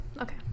okay